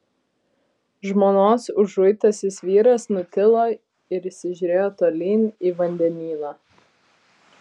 žmonos užuitasis vyras nutilo ir įsižiūrėjo tolyn į vandenyną